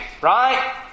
right